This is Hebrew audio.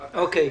אוקי.